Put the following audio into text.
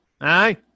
Aye